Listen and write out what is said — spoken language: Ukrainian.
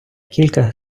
кілька